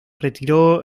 retiró